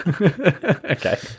Okay